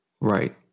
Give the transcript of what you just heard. Right